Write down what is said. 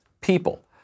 people